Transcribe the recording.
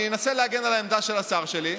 אני אנסה להגן על העמדה של השר שלי,